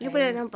and